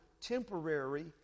temporary